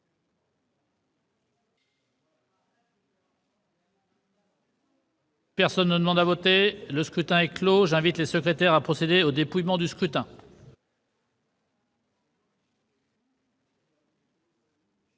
Personne ne demande plus à voter ?... Le scrutin est clos. J'invite Mmes et MM. les secrétaires à procéder au dépouillement du scrutin.